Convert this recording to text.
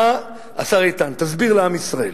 השר איתן, תסביר לעם ישראל,